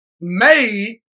made